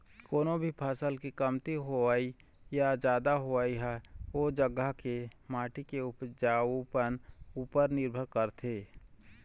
कोनो भी फसल के कमती होवई या जादा होवई ह ओ जघा के माटी के उपजउपन उपर निरभर करथे